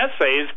essays